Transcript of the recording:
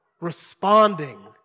Responding